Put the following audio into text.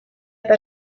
eta